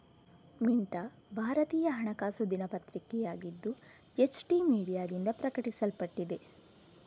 ಮಿಂಟಾ ಭಾರತೀಯ ಹಣಕಾಸು ದಿನಪತ್ರಿಕೆಯಾಗಿದ್ದು, ಎಚ್.ಟಿ ಮೀಡಿಯಾದಿಂದ ಪ್ರಕಟಿಸಲ್ಪಟ್ಟಿದೆ